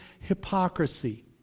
hypocrisy